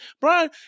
Brian